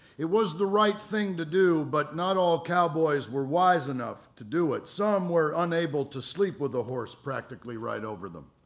it was the right thing to do, but not all cowboys were wise enough to do, some were unable to sleep with a horse practically right over them.